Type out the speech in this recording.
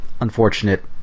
unfortunate